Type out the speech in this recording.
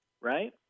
right